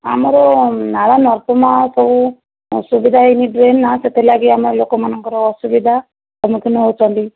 ଆମର ନାଳ ନର୍ଦମା ସବୁ ଅସୁବିଧା ଏମିତି ହେଲା ସେଥିଲାଗି ଆମ ଲୋକମାନଙ୍କର ଅସୁବିଧା ସମ୍ମୁଖୀନ ହେଉଛନ୍ତି